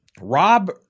Rob